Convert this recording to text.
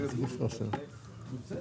-- רגע, רגע, אתה לא יכול לעשות את זה,